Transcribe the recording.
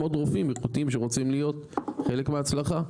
עוד רופאים איכותיים שרוצים להיות חלק מההצלחה.